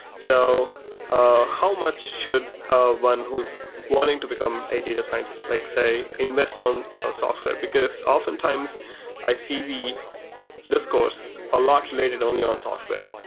so ah how much should ah one who's wanting to become a data scientist, like, say, invest on ah software? because, oftentimes i see the discourse a lot related only on software.